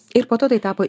ir po to tai tapo